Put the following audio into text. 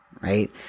right